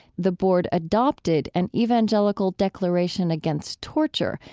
the board adopted an evangelical declaration against torture,